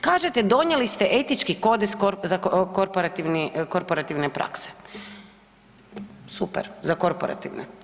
Kažete donijeli ste etički kodeks za korporativne prakse, super za korporativne.